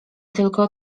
tylko